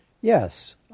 Yes